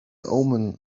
omen